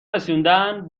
رسوندن